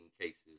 cases